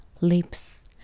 lips